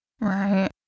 Right